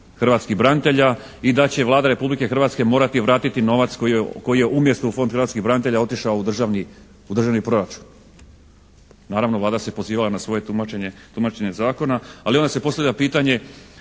hrvatskih branitelja i da će Vlada Republike Hrvatske morati vratiti novac koji je umjesto u Fond hrvatskih branitelja otišao u državni proračun. Naravno, Vlada se pozivala na svoje tumačenje zakona ali onda se postavlja pitanje